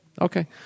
Okay